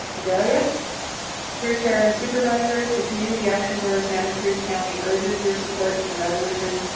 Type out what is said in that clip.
dear yeah dear chair and supervisors. the community action board of santa cruz county urges your support and resolution